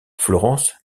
florence